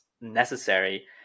necessary